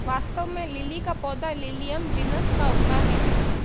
वास्तव में लिली का पौधा लिलियम जिनस का होता है